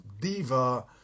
diva